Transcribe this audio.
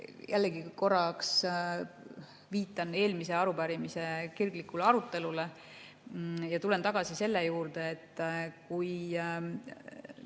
Jällegi viitan korraks eelmise arupärimise kirglikule arutelule ja tulen tagasi selle juurde, et on